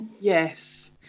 Yes